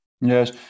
yes